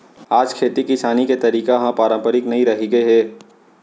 आज खेती किसानी के तरीका ह पारंपरिक नइ रहिगे हे